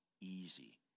easy